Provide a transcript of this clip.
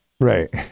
right